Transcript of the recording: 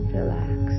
relax